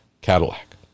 Cadillac